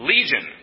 Legion